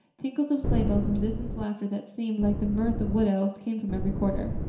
tinkles of sleigh bells and distant laughter, that seemed like the mirth of wood elves, came from every quarter.